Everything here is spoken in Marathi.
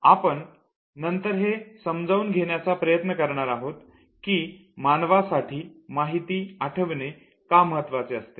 आपण नंतर हे समजून घेण्याचा प्रयत्न करणार आहोत की मानवासाठी माहिती आठवणे का महत्त्वाचे असते